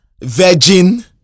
virgin